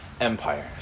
empires